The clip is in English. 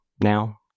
now